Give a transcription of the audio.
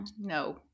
no